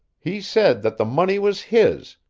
he said that the money was his,